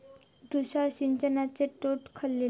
तुषार सिंचनाचे तोटे खयले?